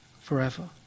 forever